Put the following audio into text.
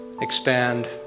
expand